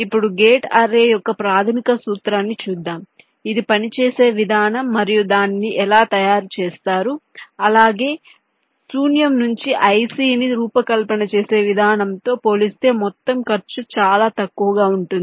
ఇప్పుడు gate array యొక్క ప్రాథమిక సూత్రాన్ని చూద్దాం ఇది పనిచేసే విధానం మరియు దానిని ఎలా తయారు చేస్తారు అలాగే సూన్యం నుంచి IC ని రూపకల్పన చేసే విధానం తో పోలిస్తే మొత్తం ఖర్చు చాలా తక్కువగా ఉంటుంది